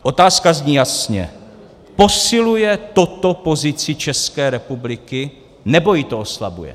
Otázka zní jasně: Posiluje toto pozici České republiky, nebo ji to oslabuje?